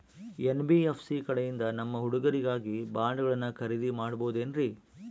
NBFC ಕಡೆಯಿಂದ ನಮ್ಮ ಹುಡುಗರಿಗಾಗಿ ಬಾಂಡುಗಳನ್ನ ಖರೇದಿ ಮಾಡಬಹುದೇನ್ರಿ?